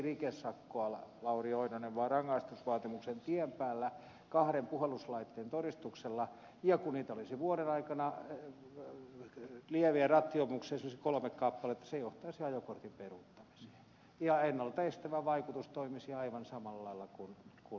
lauri oinonen vaan rangaistusvaatimuksen tien päällä kahden puhalluslaitteen todistuksella ja kun lieviä rattijuopumuksia olisi vuoden aikana esimerkiksi kolme kappaletta se johtaisi ajokortin peruuttamiseen ja ennaltaestävä vaikutus toimisi aivan samalla lailla kuin lakialoitteessa